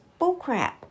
bullcrap